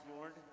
Lord